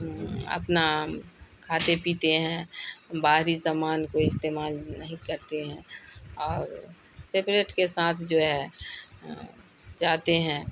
اپنا کھاتے پیتے ہیں باہری سامان کو استعمال نہیں کرتے ہیں اور سیپریٹ کے ساتھ جو ہے جاتے ہیں